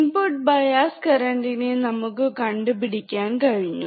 input bias കറന്റ്നെ നമുക്ക് കണ്ടുപിടിക്കാൻ കഴിഞ്ഞു